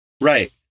right